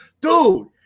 dude